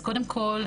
אז קודם כל,